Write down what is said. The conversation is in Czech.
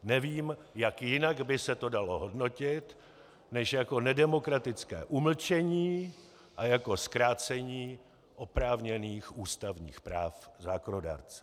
Nevím, jak jinak by se to dalo hodnotit než jako nedemokratické umlčení a jako zkrácení oprávněných ústavních práv zákonodárce.